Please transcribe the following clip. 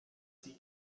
sie